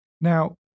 Now